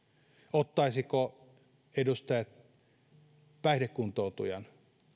ottaisivatko edustajat päihdekuntoutujan